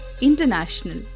international